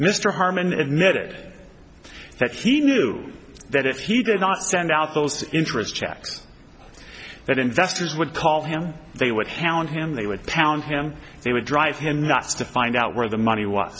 mr harmon admitted that he knew that if he did not send out those interest checks that investors would call him they would halland him they would pound him they would drive him nuts to find out where the money w